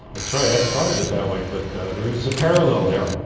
that's right. i hadn't thought of it that way, but there is a parallel there.